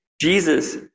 Jesus